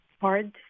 hard